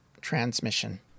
transmission